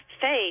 faith